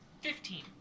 Fifteen